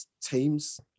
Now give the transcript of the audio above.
teams